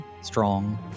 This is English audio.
strong